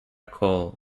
coll